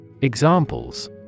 Examples